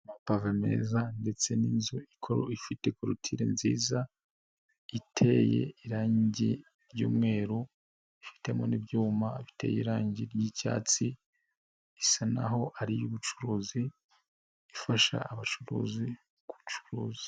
Amapave meza ndetse n'inzu ifite korutire nziza, iteye irangi ry'umweru, ifitemo n'ibyuma bite irangi ry'icyatsi, isa naho ari iy'ubucuruzi, ifasha abacuruzi gucuruza.